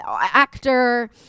actor